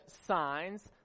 signs